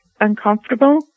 uncomfortable